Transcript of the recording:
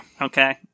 Okay